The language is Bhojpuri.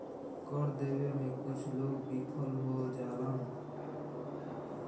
कर देबे में कुछ लोग विफल हो जालन